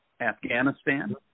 Afghanistan